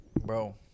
bro